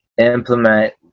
implement